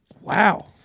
Wow